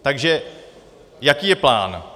Takže jaký je plán?